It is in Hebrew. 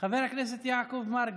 יעקב מרגי.